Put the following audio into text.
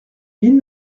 mille